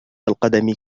القدم